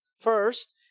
First